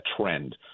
trend